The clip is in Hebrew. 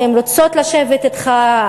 הן רוצות לשבת אתך.